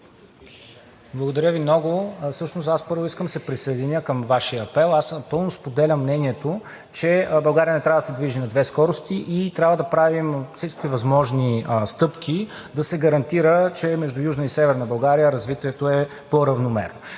Благодаря Ви много. Всъщност аз искам първо да се присъединя към Вашия апел. Напълно споделям мнението, че България не трябва да се движи на две скорости и трябва да правим всички възможни стъпки, за да се гарантира, че между Южна и Северна България развитието е равномерно.